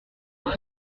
vous